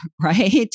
right